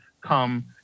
come